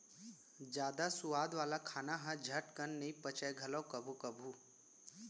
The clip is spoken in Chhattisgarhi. जादा सुवाद वाला खाना ह झटकन नइ पचय घलौ कभू कभू